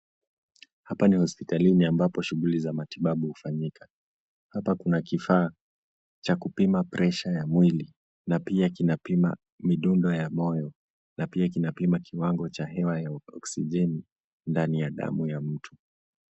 Hapa ni hospitalini ambapo shughuli za matibabu hufanyika. Hapa kuna kifa cha kupima pressure ya mwili na pia kinapima midundo ya moyo na pia kinapima kiwango cha hewa ya oxygeni ndani ya damu ya mtu.